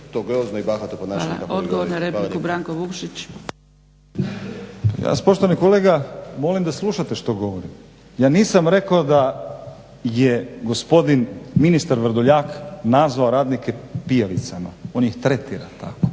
Branko (Hrvatski laburisti - Stranka rada)** Ja vas poštovani kolega molim da slušate što govorim, ja nisam rekao da je gospodin ministar Vrdoljak nazvao radnike pijavicama, on ih tretira tako.